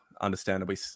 understandably